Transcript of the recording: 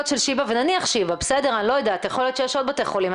אני לא יודעת, יכול להיות שיש עוד בתי חולים.